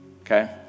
Okay